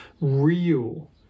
real